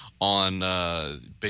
on